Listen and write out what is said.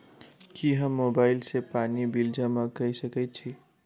की हम मोबाइल सँ पानि बिल जमा कऽ सकैत छी?